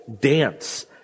dance